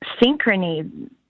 synchrony